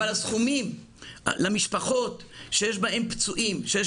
אבל הסכומים למשפחות שיש בהן פצועים שיש